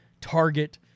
Target